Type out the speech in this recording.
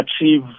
achieve